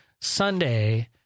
Sunday